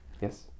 Yes